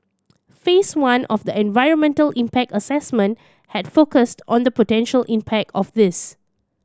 Phase One of the environmental impact assessment had focused on the potential impact of this